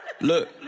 Look